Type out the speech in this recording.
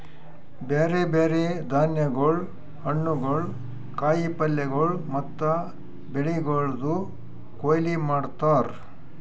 ಬ್ಯಾರೆ ಬ್ಯಾರೆ ಧಾನ್ಯಗೊಳ್, ಹಣ್ಣುಗೊಳ್, ಕಾಯಿ ಪಲ್ಯಗೊಳ್ ಮತ್ತ ಬೆಳಿಗೊಳ್ದು ಕೊಯ್ಲಿ ಮಾಡ್ತಾರ್